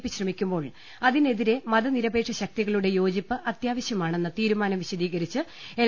P ശ്രമിക്കുമ്പോൾ അതി നെതിരെ മതനിരപേക്ഷ ശക്തികളുടെ യോജിപ്പ് അത്യാവശ്യമാ ണെന്ന് തീരുമാനം വിശദീകരിച്ച് എൽ